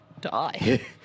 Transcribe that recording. die